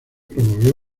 promovió